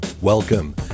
Welcome